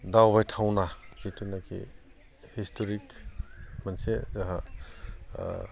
दावबायथावना जिथुनाखि हिस्थ'रिक मोनसे जोंहा